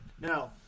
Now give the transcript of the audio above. now